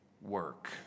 work